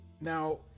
now